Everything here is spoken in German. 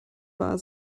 war